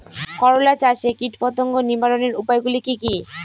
করলা চাষে কীটপতঙ্গ নিবারণের উপায়গুলি কি কী?